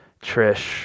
Trish